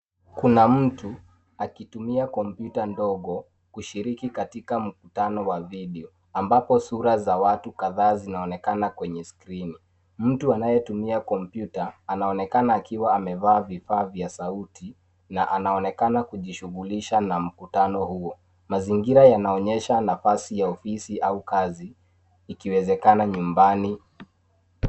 Kuna mtu akitumia kompyuta ndogo kushiriki katika mkutano wa video ambapo sura za watu kadhaa zinaonekana kwenye skrini. Mtu anayetumia kompyuta, anaonekana akiwa amevaa vifaa vya sauti na anaonekana kujishughulisha na mkutano huo. Mazingira yanaonyesha nafasi ya ofisi au kazi ikiwezekana nyumbani.